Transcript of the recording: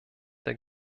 der